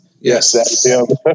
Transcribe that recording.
yes